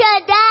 today